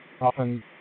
often